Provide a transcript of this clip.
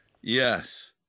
Yes